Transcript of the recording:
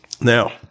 Now